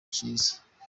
kiza